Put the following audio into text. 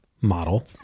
model